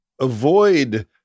avoid